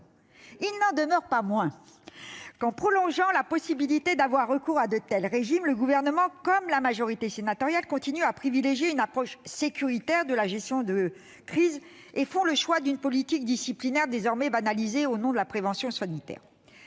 il n'en demeure pas moins qu'en prolongeant la possibilité de recourir à de tels dispositifs le Gouvernement, comme la majorité sénatoriale, continue à privilégier une approche sécuritaire de la gestion de crise et fait le choix de proposer une politique disciplinaire désormais banalisée au nom de la prévention sanitaire.